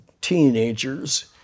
teenagers